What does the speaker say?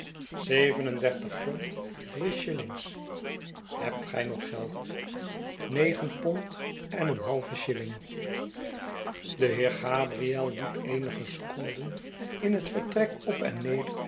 geheerscht zevenendertig pond drie shillings hebt gij nog geld negen pond en een halven shilling de heer gabriel liep eenige seconden in het vertrek op en neder